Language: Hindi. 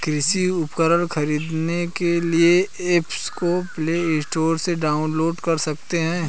कृषि उपकरण खरीदने के लिए एप्स को प्ले स्टोर से डाउनलोड कर सकते हैं